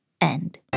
end